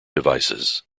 devices